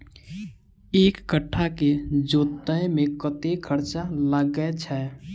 एक कट्ठा केँ जोतय मे कतेक खर्चा लागै छै?